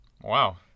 Wow